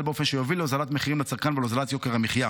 באופן שיוביל להוזלת המחירים לצרכן ולהוזלת יוקר המחיה.